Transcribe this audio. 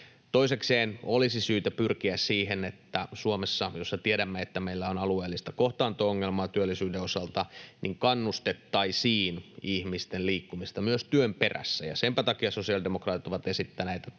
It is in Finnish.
Toisekseen olisi syytä pyrkiä siihen, että Suomessa, jossa tiedämme, että meillä on alueellista kohtaanto-ongelmaa työllisyyden osalta, kannustettaisiin myös ihmisten liikkumista työn perässä. Ja senpä takia sosiaalidemokraatit ovat esittäneet, että